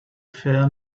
fear